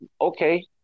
okay